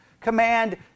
command